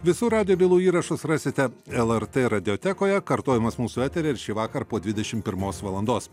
visų radijo bylų įrašus rasite lrt radiotekoje kartojimas mūsų eteryje ir šįvakar po dvidešim pirmos valandos